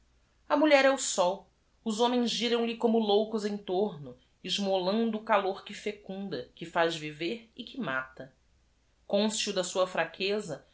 r é o sói os homens giram lhe como loucos em torno esmolando o calor que fecunda que faz viver e que mata onseio da sua fraqueza